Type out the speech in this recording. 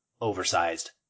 oversized